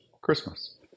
Christmas